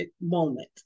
moment